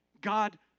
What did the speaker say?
God